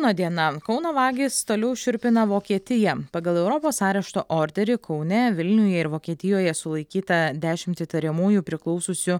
no diena kauno vagys toliau šiurpina vokietiją pagal europos arešto orderį kaune vilniuje ir vokietijoje sulaikyta dešimt įtariamųjų priklausiusių